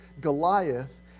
Goliath